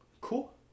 Cool